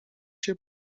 się